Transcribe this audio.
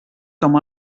com